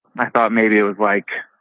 i thought maybe it was, like,